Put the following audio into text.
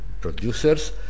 producers